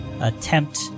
attempt